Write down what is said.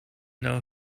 know